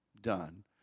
done